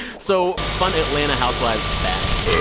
so fun atlanta housewives fact,